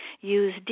use